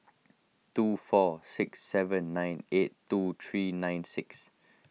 two four six seven nine eight two three nine six